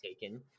taken